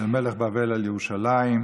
מלך בבל על ירושלים,